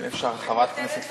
אם אפשר, חברת הכנסת פארן,